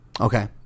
Okay